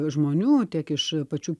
žmonių tiek iš pačių